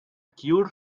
cure